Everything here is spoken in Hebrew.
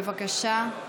בבקשה.